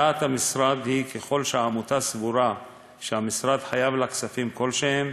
דעת המשרד היא: ככל שהעמותה סבורה שהמשרד חייב לה כספים כלשהם,